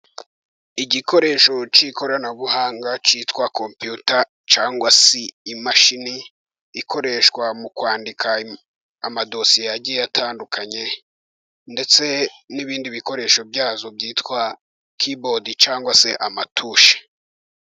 Igikoresho cy'ikoranabuhanga cyitwa kompiyuta cyangwa se imashini ikoreshwa mu kwandika amadosiye agiye atandukanye. Ndetse n'ibindi bikoresho byazo byitwa kibodi cyangwa se amatushi.